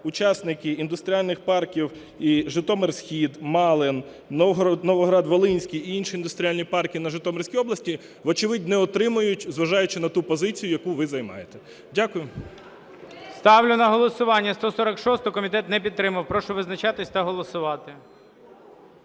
учасники індустріальних парків і "Житомир-Схід", Малин, Новоград-Волинський і інші індустріальні парки Житомирської області вочевидь не отримають, зважаючи на ту позицію, яку ви займаєте. Дякую. ГОЛОВУЮЧИЙ. Ставлю на голосування 146-у. Комітет не підтримав. Прошу визначатись та голосувати.